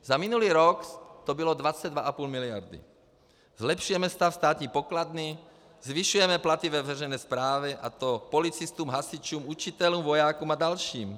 Za minulý rok to bylo 22,5 mld. Zlepšujeme stav státní pokladny, zvyšujeme platy ve veřejné správě, a to policistům, hasičům, učitelům, vojákům a dalším.